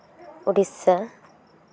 Odisha